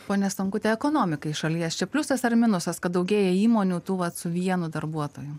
ponia stankute ekonomikai šalies čia pliusas ar minusas kad daugėja įmonių tų vat su vienu darbuotoju